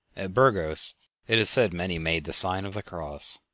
at burgos it is said many made the sign of the cross.